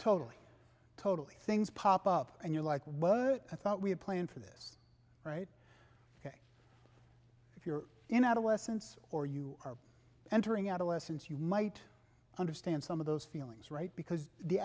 totally totally things pop up and you're like well i thought we had planned for this right if you're in adolescence or you are entering adolescence you might understand some of those feelings right because the